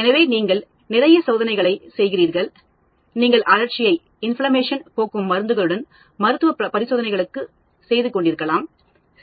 எனவே நீங்கள் நிறைய சோதனைகளைச் செய்கிறீர்கள் நீங்கள் அழற்சியை போக்கும் மருந்துகளுடன் மருத்துவ பரிசோதனைகளைச் செய்து கொண்டிருக்கலாம்